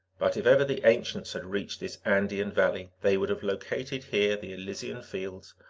but if ever the ancients had reached this andean valley, they would have located here the elysian fields,